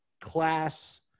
class